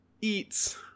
Eats